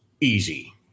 easy